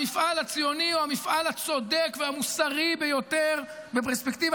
המפעל הציוני הוא המפעל הצודק והמוסרי ביותר בפרספקטיבה